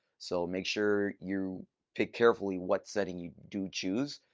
so make sure you pick carefully what setting you do choose.